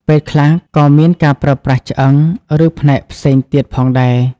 ពេលខ្លះក៏មានការប្រើប្រាស់ឆ្អឹង ឬផ្នែកផ្សេងទៀតផងដែរ។